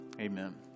Amen